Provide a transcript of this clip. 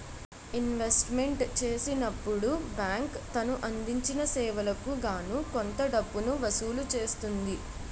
investment చేసినప్పుడు bank తను అందించిన సేవలకు గాను కొంత డబ్బును వసూలు చేస్తుంది